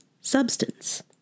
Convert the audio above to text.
substance